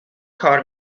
کار